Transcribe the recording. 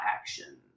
action